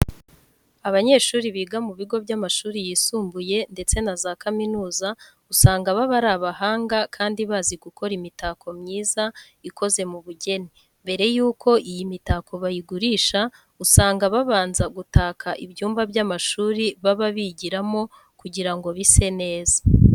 Abanyeshuri biga mu bigo by'amashuri yisumbuye ndetse na za kaminuza usanga baba ari abahanga kandi bazi gukora imitako myiza ikoze mu bugeni. Mbere yuko iyi mitako bayigurisha usanga babanza gutaka ibyumba by'amashuri baba bigiramo kugira ngo bise neza.